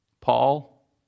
Paul